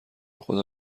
خدا